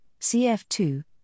CF2